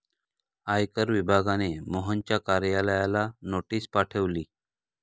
आयकर विभागाने मोहनच्या कार्यालयाला नोटीस पाठवली